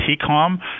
TCOM